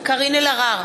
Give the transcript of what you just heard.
קארין אלהרר,